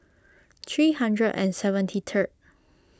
three hundred and seventy third